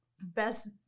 best